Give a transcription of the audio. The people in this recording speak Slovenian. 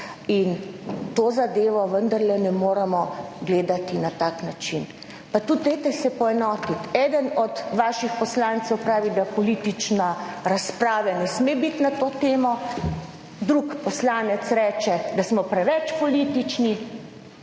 in to zadevo vendarle ne moremo gledati na tak način. Pa tudi dajte se poenotiti. Eden od vaših poslancev pravi, da politična razprava ne sme biti na to temo, drug poslanec reče, da smo preveč politični,